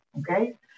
okay